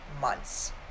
months